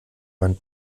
man